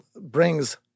brings